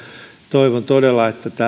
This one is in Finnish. toivon todella että